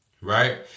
right